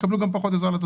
יקבלו פחות עזרה.